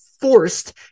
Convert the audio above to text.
forced